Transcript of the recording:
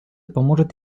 поможет